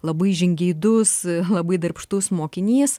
labai žingeidus labai darbštus mokinys